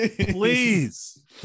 Please